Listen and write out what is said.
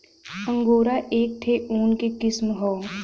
angora एक ठे ऊन क किसम हौ